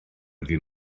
ddydd